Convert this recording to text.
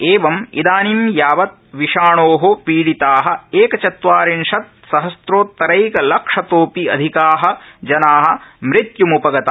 एवं इदानीं यावत् विषाणो पीडिता एकचत्वारिंशत्सहस्रोत्रैकलक्षतोपि अधिका जना मृत्य्म्पगता